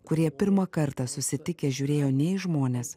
kurie pirmą kartą susitikę žiūrėjo ne į žmones